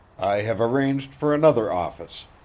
i have arranged for another office.